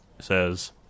says